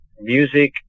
music